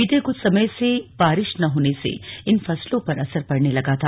बीते कुछ समय से बारिश न होने से इन फसलों पर असर पड़ने लगा था